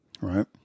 right